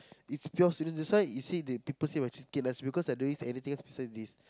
it's pure that's why you see they people say when less because they are doing anything else besides this